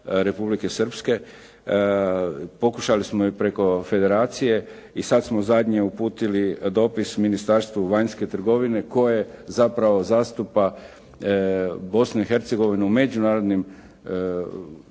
Republike Srpske, pokušali smo i preko Federacije i sad smo zadnje uputili dopis Ministarstvu vanjske trgovine koje zapravo zastupa Bosnu i Hercegovinu na međunarodnim